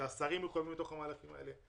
שהשרים יהיו בתוך המהלכים האלה.